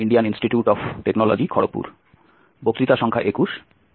আজ আমরা নিউমেরিক্যাল অ্যানালাইসিসের উপর মডিউল সংখ্যা 3 শুরু করব